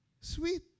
sweet